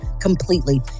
completely